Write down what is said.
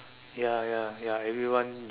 ya ya ya everyone is